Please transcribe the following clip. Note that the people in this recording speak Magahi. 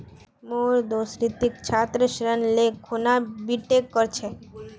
मोर दोस्त रितिक छात्र ऋण ले खूना बीटेक कर छ